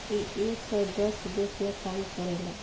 इ एक सौ दस देश मे काम करेला